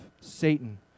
Satan